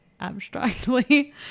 abstractly